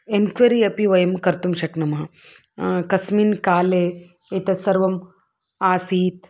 enquiry अपि वयं कर्तुं शक्नुमः कस्मिन् काले एतत् सर्वम् आसीत्